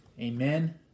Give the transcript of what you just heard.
Amen